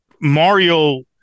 Mario